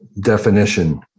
definition